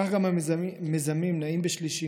כך גם המיזמים "נעים בשלישי",